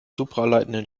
supraleitenden